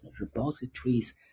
repositories